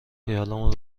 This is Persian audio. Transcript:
خیالمون